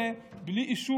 וכל זה בלי אישור